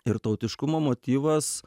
ir tautiškumo motyvas